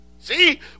See